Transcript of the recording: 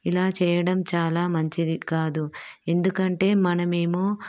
ఇలా చేయడం చాలా మంచిది కాదు ఎందుకంటే మనమేమో